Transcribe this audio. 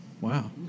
wow